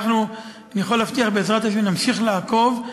אני יכול להבטיח, בעזרת השם, להמשיך לעקוב.